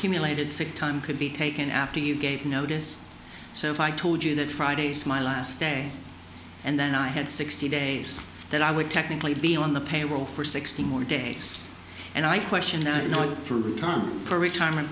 cumulated sick time could be taken after you gave notice so if i told you that fridays my last day and then i had sixty days that i would technically be on the payroll for sixty more days and i question no not through return for retirement